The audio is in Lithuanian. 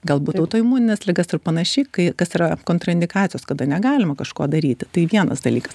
galbūt autoimunines ligas ir panašiai kai kas yra kontraindikacijos kada negalima kažko daryti tai vienas dalykas